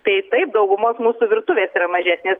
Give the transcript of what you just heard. tai taip daugumos mūsų virtuvės yra mažesnės